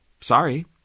Sorry